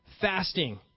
fasting